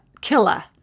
Killer